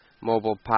mobile